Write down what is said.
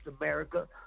America